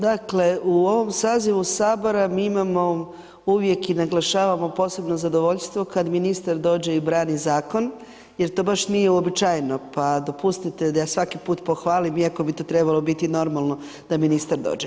Dakle, u ovom sazivu Sabora mi imamo uvijek i naglašavamo posebno zadovoljstvo kad Ministar dođe i brani zakon jer to baš nije uobičajeno, pa dopustite da svaki put pohvalim iako bi to trebalo bit normalno da Ministar dođe.